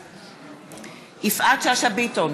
בעד יפעת שאשא ביטון,